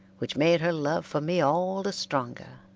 which made her love for me all the stronger.